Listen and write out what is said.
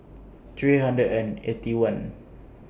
three hundred and Eighty One